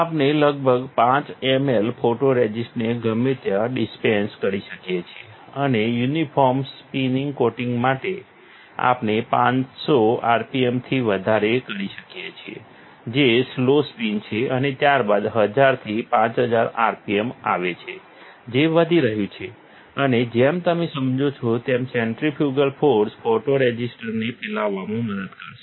આપણે લગભગ 5 ml ફોટોરઝિસ્ટને ગમે ત્યાં ડિસ્પેન્સ કરી શકીએ છીએ અને યુનિફોર્મ સ્પિન કોટિંગ માટે આપણે 500 RPMથી શરૂઆત કરી શકીએ છીએ જે સ્લો સ્પિન છે અને ત્યારબાદ 1000 થી 5000 RPM આવે છે જે વધી રહ્યું છે અને જેમ તમે સમજો છો તેમ સેન્ટ્રીફ્યુગલ ફોર્સ ફોટોરઝિસ્ટને ફેલાવામાં મદદ કરશે